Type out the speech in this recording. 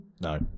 No